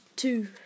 Two